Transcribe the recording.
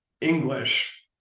English